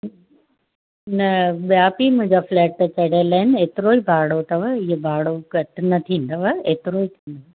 न ॿिया बि मुंहिंजा फ्लैट चढ़ियलु आहिनि एतिरो ई भाड़ो अथव इहो भाड़ो घटि न थींदव एतिरो ई